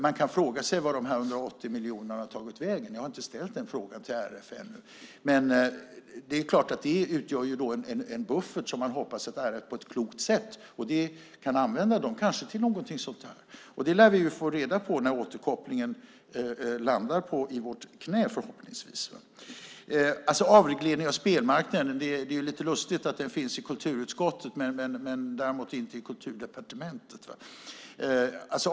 Man kan fråga sig var de 180 miljonerna har tagit vägen. Jag har inte ställt den frågan till RF ännu. Men det är klart att det utgör en buffert som man hoppas att RF på ett klokt sätt kan använda, kanske till något sådant. Det lär vi få reda på när återkopplingen landar i vårt knä förhoppningsvis. När det gäller avregleringen av spelmarknaden är det lite lustigt att den finns i kulturutskottet men inte i Kulturdepartementet.